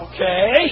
Okay